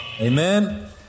Amen